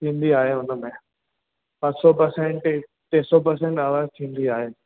ईंदी आहे हुन में पंज सौ पर्सेंट टे सौ पर्सेंट आवाज़ु थींदी आहे